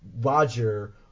roger